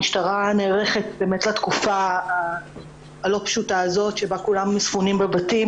המשטרה נערכת לתקופה הלא פשוטה הזאת לטיפול